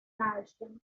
nation